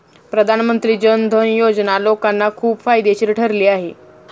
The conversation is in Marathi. प्रधानमंत्री जन धन योजना लोकांना खूप फायदेशीर ठरली आहे